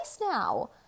now